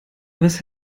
was